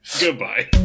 Goodbye